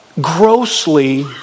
grossly